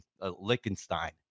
Lichtenstein